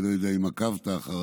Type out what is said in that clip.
אני לא יודע אם עקבת אחריו,